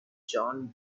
john